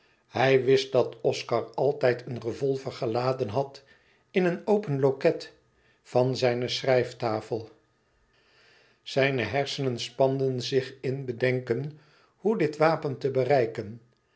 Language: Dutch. hij wist dat oscar altijd een revolver geladen had in een open loket van zijne schrijftafel zijne hersenen spanden zich in bedenken hoe dit wapen te bereiken